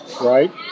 right